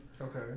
Okay